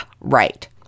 right